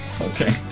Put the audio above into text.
Okay